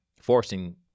Forcing